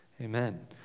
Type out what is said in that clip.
Amen